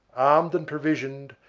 armed and provisioned,